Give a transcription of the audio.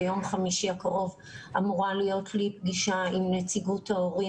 ביום חמישי הקרוב אמורה להיות לי פגישה עם נציגות ההורים